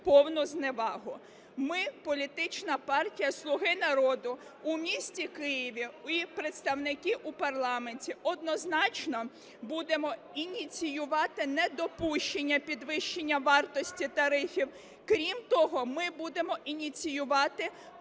повну зневагу. Ми, політична партія "Слуга народу" у місті Києві і представники у парламенті, однозначно, будемо ініціювати недопущення підвищення вартості тарифів. Крім того, ми будемо ініціювати